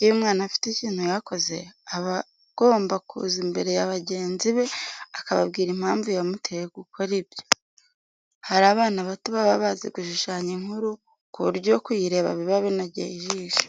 Iyo umwana afite ikintu yakoze, aba agomba kuza imbere ya bagenzi be akababwira impamvu yamuteye gukora ibyo. Hari abana bato baba bazi gushushanya inkuru, ku buryo kuyireba biba binogeye ijisho.